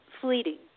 fleeting